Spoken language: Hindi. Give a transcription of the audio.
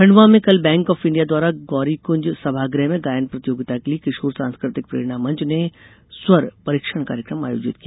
खंडवा में कल बैंक ऑफ इंडिया द्वारा गौरीकृंज सभाग्रह में गायन प्रतियोगिता के लिए किशोर सांस्कृतिक प्रेरणा मंच ने स्वर परीक्षण कार्यक्रम आयोजित किया